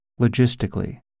logistically